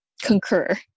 concur